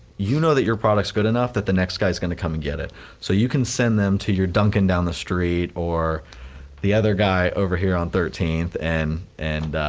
you know that your product is good enough that the next guy is gonna come and get it so you can send them to your dunkin down the street or the other guy over here on thirteenth and and